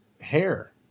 hair